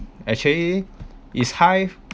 actually is high